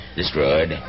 destroyed